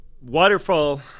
waterfall